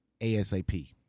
ASAP